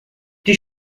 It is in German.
die